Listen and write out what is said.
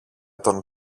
τον